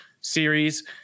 series